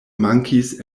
mankis